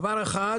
דבר אחד